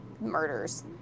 murders